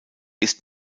ist